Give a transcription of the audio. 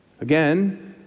Again